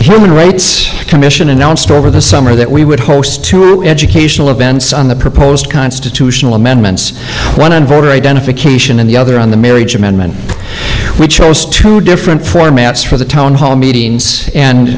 human rights commission announced over the summer that we would host educational events on the proposed constitutional amendments one voter identification and the other on the marriage amendment which are different formats for the town hall meetings and